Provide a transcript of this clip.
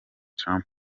trump